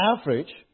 average